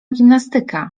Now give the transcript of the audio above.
gimnastyka